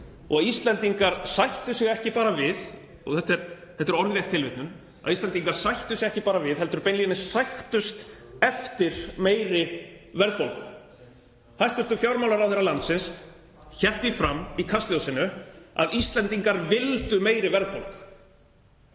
og að Íslendingar sættu sig ekki bara við — og þetta er orðrétt tilvitnun — Íslendingar sættu sig ekki bara við heldur beinlínis sæktust eftir meiri verðbólgu. Hæstv. fjármálaráðherra landsins hélt því fram í Kastljósinu að Íslendingar vildu meiri verðbólgu.